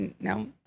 no